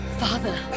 Father